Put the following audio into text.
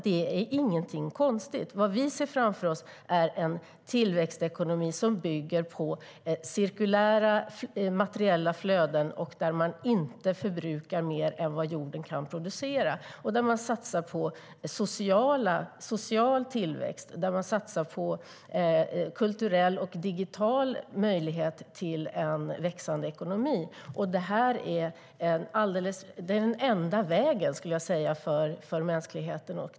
Det är ingenting konstigt. Vad vi ser framför oss är en tillväxtekonomi som bygger på cirkulära, materiella flöden och där man inte förbrukar mer än vad jorden kan producera och där man satsar på social tillväxt och kulturell och digital möjlighet till en växande ekonomi. Det här är den enda vägen för mänskligheten.